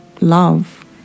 love